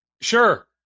Sure